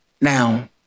Now